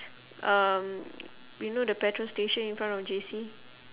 um you know the petrol station in front of J_C